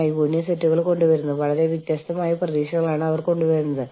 ഏത് നിയമത്തിന് കിഴിൽ ചർച്ചകൾ ഉൾകൊള്ളുന്നു എന്നതാണ് മറ്റൊന്ന്